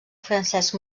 francesc